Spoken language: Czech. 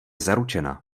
zaručena